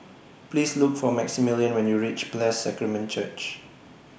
Please Look For Maximillian when YOU REACH Blessed Sacrament Church